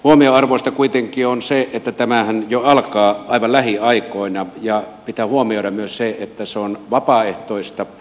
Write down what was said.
huomionarvoista kuitenkin on se että turkiseläinten terveydenhuoltojärjestelmä alkaa jo aivan lähiaikoina ja pitää huomioida myös se että se on vapaaehtoista